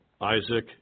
Isaac